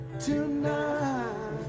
tonight